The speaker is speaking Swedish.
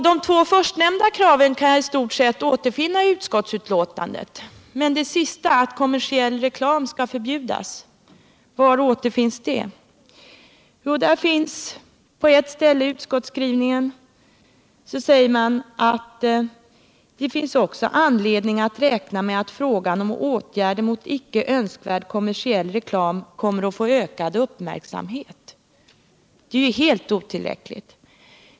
De två förstnämnda kraven kan jag i stort sett återfinna i utskottsbetänkandet. Men det sista, att kommersiell reklam skall förbjudas, var återfinns det? Jo, på ett ställe i utskottsskrivningen säger man: ”Det finns också anledning att räkna med att frågan om åtgärder mot icke önskvärd kommersiell reklam kommer att få ökad uppmärksamhet.” Det är ju helt otillräckligt.